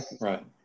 Right